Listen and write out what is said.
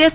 S